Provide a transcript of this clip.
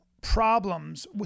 problems